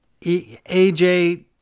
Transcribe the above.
AJ